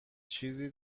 چیزی